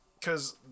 cause